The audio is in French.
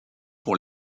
pour